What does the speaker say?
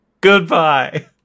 Goodbye